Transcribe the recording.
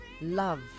love